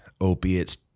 opiates